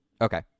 Okay